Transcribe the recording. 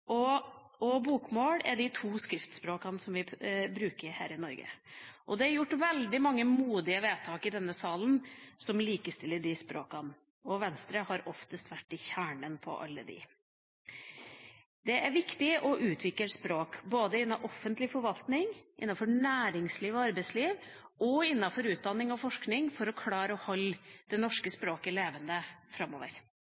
Nynorsk og bokmål er de to skriftspråkene som vi bruker her i Norge, og det er gjort veldig mange modige vedtak i denne salen som likestiller dem, og Venstre har oftest vært i kjernen på alle. Det er viktig å utvikle språk, både i den offentlige forvaltning, innenfor næringsliv og arbeidsliv og innenfor utdanning og forskning for å klare å holde det norske